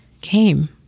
came